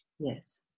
Yes